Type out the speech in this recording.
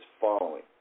following